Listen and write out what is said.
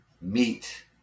meet